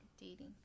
Dating